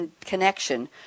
connection